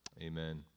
Amen